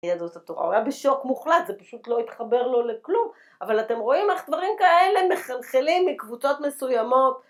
היה בשוק מוחלט, זה פשוט לא התחבר לו לכלום אבל אתם רואים איך דברים כאלה מחלחלים מקבוצות מסוימות